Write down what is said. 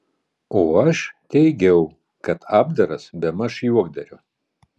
o aš teigiau kad apdaras bemaž juokdario